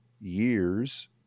years